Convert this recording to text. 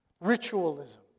Ritualism